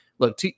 look